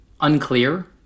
Unclear